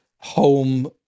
home